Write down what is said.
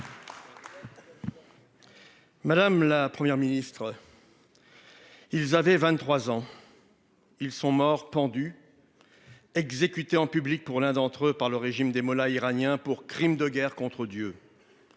Madame, la Première ministre.-- Ils avaient 23 ans.-- Ils sont morts pendus. Exécutés en public pour l'un d'entre eux par le régime des mollahs iraniens pour crimes de guerre contre Dieu.--